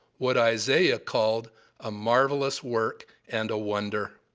what isaiah called a marvellous work and a wonder.